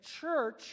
church